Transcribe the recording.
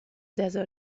desert